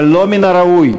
אבל לא מן הראוי,